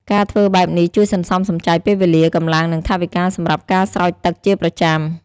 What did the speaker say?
ការធ្វើបែបនេះជួយសន្សំសំចៃពេលវេលា កម្លាំង និងថវិកាសម្រាប់ការស្រោចទឹកជាប្រចាំ។